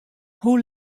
hoe